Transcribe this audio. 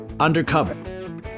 Undercover